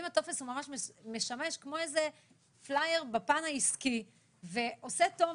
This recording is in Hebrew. אם הטופס משמש כמו פלייר בפן העסקי ועושה טוב